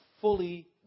fully